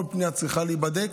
כל פנייה צריכה להיבדק,